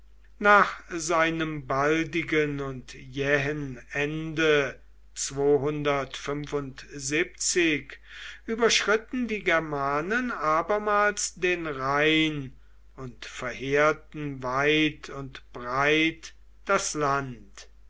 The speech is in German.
nach seinem baldigen und jähen ende überschritten die germanen abermals den rhein und verheerten weit und breit das land